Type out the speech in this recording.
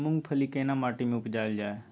मूंगफली केना माटी में उपजायल जाय?